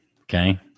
okay